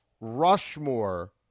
Rushmore